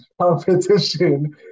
competition